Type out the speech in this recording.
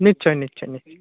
নিশ্চয় নিশ্চয় নিশ্চয়